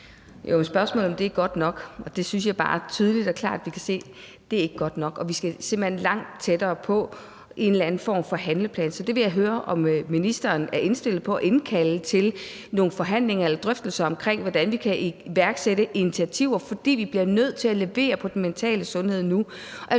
Jo, men spørgsmålet er, om det er godt nok, og det synes jeg bare tydeligt og klart vi kan se at det ikke er. Og vi skal simpelt hen langt tættere på en eller anden form for handleplan. Så jeg vil høre, om ministeren er indstillet på at indkalde til nogle forhandlinger eller drøftelser omkring, hvordan vi kan iværksætte initiativer. For vi bliver nødt til at levere på den mentale sundhed nu.